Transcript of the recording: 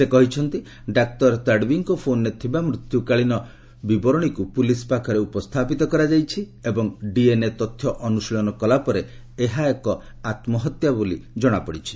ସେ କହିଛନ୍ତି ଯେ ଡାକ୍ତର ତାଡ଼ବିଙ୍କ ଫୋନ୍ରେ ଥିବା ମୃତ୍ୟୁକାଳୀନ ବିବରଣୀକୁ ପୁଲିସ୍ ପାଖରେ ଉପସ୍ଥାପିତ କରାଯାଇଛି ଏବଂ ଡିଏନ୍ଏ ତଥ୍ୟ ଅନୁଶୀଳନ କଲାପରେ ଏହା ଏକ ଆତ୍ମହତ୍ୟା ବୋଲି ଜଣାପଡ଼ୁଛି